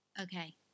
Okay